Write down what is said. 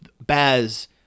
Baz